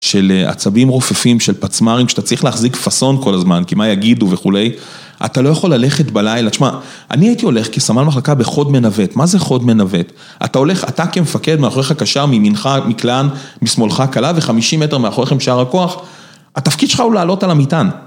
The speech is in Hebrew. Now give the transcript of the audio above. של עצבים רופפים, של פצמרים, שאתה צריך להחזיק פאסון כל הזמן, כי מה יגידו וכולי. אתה לא יכול ללכת בלילה, תשמע, אני הייתי הולך כסמל מחלקה בחוד מנווט, מה זה חוד מנווט? אתה הולך, אתה כמפקד, מאחוריך קשר, ממינך מקלען, משמאלך קלע וחמישים מטר מאחוריכם שאר הכוח. התפקיד שלך הוא לעלות על המטען.